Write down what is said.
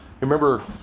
Remember